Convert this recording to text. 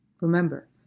Remember